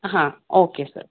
ಹಾಂ okay sir